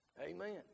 Amen